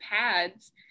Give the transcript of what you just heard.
pads